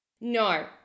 No